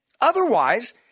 Otherwise